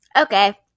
okay